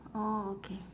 orh okay